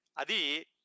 Adi